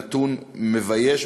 נתון מבייש,